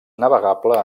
navegable